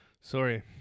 Sorry